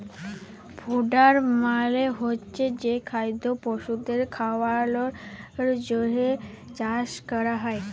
fodder মালে হচ্ছে যে খাদ্য পশুদের খাওয়ালর জন্হে চাষ ক্যরা হ্যয়